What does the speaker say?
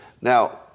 Now